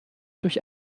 durch